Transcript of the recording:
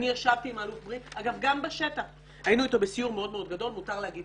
ישבתי עם האלוף בריק וגם בשטח היינו איתו בסיור מאוד גדול במל"י